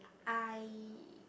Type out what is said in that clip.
I